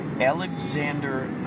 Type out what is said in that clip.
Alexander